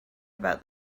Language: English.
about